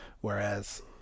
Whereas